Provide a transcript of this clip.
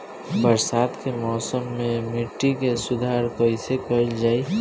बरसात के मौसम में मिट्टी के सुधार कइसे कइल जाई?